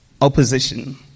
opposition